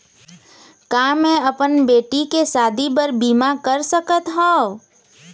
का मैं अपन बेटी के शादी बर बीमा कर सकत हव?